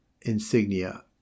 insignia